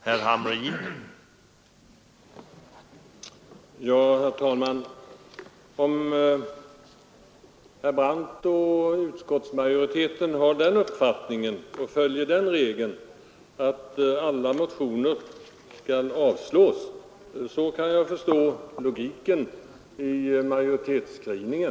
Herr talman! Om herr Brandt och skatteutskottets majoritet följer den regeln att alla motioner bör avstyrkas, så kan jag förstå den bristande logiken i majoritetens skrivning.